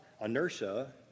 inertia